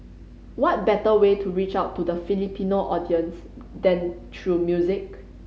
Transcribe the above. what better way to reach out to the Filipino audience than through music